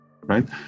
right